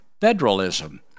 federalism